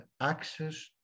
access